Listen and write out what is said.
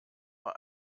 war